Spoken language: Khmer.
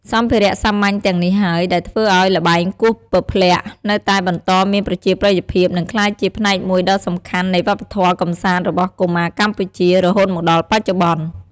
សម្ភារៈសាមញ្ញទាំងនេះហើយ ដែលធ្វើឱ្យល្បែងគោះពព្លាក់នៅតែបន្តមានប្រជាប្រិយភាព និងក្លាយជាផ្នែកមួយដ៏សំខាន់នៃវប្បធម៌កម្សាន្តរបស់កុមារកម្ពុជា រហូតមកដល់បច្ចុប្បន្ន។